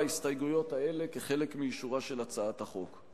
ההסתייגויות האלה כחלק מאישורה של הצעת החוק.